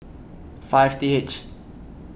five T H